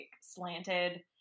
slanted